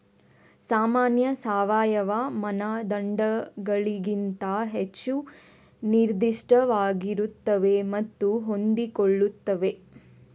ಸಾಮಾನ್ಯ ಸಾವಯವ ಮಾನದಂಡಗಳಿಗಿಂತ ಹೆಚ್ಚು ನಿರ್ದಿಷ್ಟವಾಗಿರುತ್ತವೆ ಮತ್ತು ಹೊಂದಿಕೊಳ್ಳುತ್ತವೆ